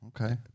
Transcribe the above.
Okay